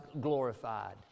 glorified